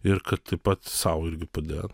ir kad ir pats sau irgi padėt